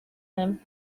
them